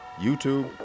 YouTube